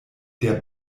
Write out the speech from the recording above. der